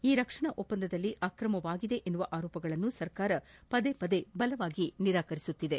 ಈ ರಕ್ಷಣಾ ಒಪ್ಪಂದದಲ್ಲಿ ಅಕ್ರಮವಾಗಿದೆ ಎಂಬ ಆರೋಪಗಳನ್ನು ಸರ್ಕಾರ ಬಲವಾಗಿ ನಿರಾಕರಿಸುತ್ತಿದೆ